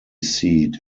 seat